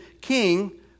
king